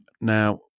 Now